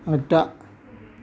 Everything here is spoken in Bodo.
आगदा